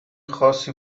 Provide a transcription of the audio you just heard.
خاصی